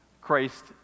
Christ